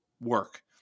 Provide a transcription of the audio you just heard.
work